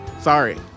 Sorry